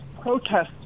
protests